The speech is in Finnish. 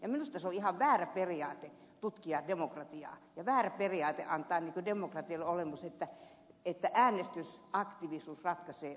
minusta se on ihan väärä periaate tutkia demokratiaa ja väärä periaate antaa demokratialle olemus että äänestysaktiivisuus ratkaisee onko demokratiaa vai ei